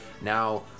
now